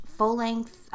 full-length